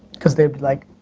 cause they'd be like,